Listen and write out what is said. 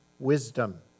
Wisdom